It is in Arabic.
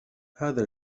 هذا